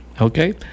Okay